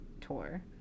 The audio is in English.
tour